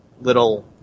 little